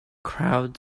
crowd